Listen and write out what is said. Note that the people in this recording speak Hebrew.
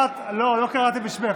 לא, לא קראתי בשמך.